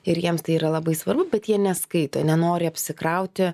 ir jiems tai yra labai svarbu bet jie neskaito nenori apsikrauti